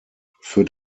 für